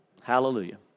Hallelujah